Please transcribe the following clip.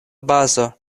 bazo